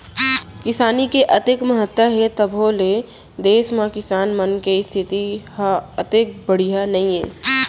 किसानी के अतेक महत्ता हे तभो ले देस म किसान मन के इस्थिति ह ओतेक बड़िहा नइये